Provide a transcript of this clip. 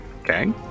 Okay